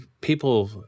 people